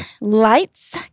Lights